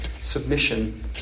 submission